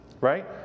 Right